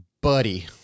buddy